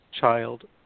Child